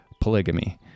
polygamy